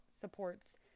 supports